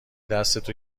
دستتو